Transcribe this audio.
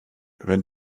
wenn